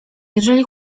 jeżeli